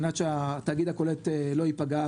עד שהתאגיד הקולט לא יפגע,